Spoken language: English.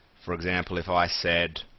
for example if i said,